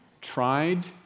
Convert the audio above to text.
tried